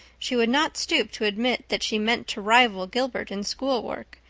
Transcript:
she would not stoop to admit that she meant to rival gilbert in schoolwork,